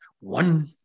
one